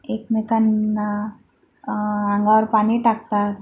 एकमेकांना अंगावर पाणी टाकतात